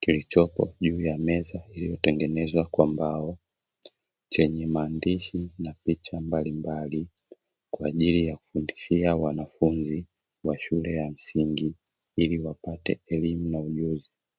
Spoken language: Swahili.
kilichopo juu ya meza iliyotengenezwa kwa mbao, chenye maandishi na picha mbalimbali kwa ajili ya kufundishia wanafunzi wa shule ya msingi ili wapate elimu na ujuzi.